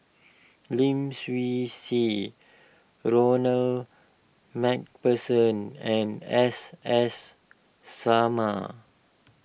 Lim Swee Say Ronald MacPherson and S S Sarma